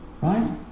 right